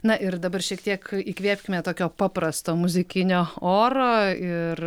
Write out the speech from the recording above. na ir dabar šiek tiek įkvėpkime tokio paprasto muzikinio oro ir